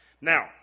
Now